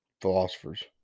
philosophers